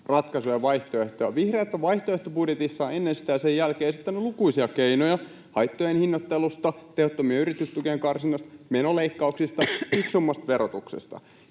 ratkaisuja, vaihtoehtoja. Vihreät on vaihtoehtobudjetissaan ennen sitä ja sen jälkeen esittänyt lukuisia keinoja haittojen hinnoittelusta, tehottomien yritystukien karsimisesta, menoleikkauksista, fiksummasta verotuksesta.